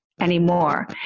anymore